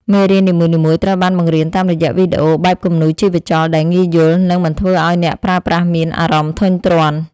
មេរៀននីមួយៗត្រូវបានបង្រៀនតាមរយៈវីដេអូបែបគំនូរជីវចលដែលងាយយល់ និង មិនធ្វើឱ្យអ្នកប្រើប្រាស់មានអារម្មណ៍ធុញទ្រាន់។